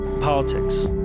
politics